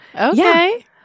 Okay